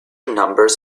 numbers